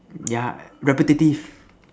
yeah repetitive